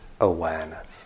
awareness